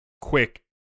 quick